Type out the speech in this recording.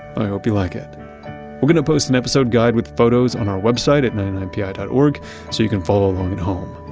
i hope you like it we're going to post an episode guide with photos on our website at ninety nine pi dot org so you can follow along at home.